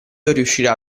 riuscirà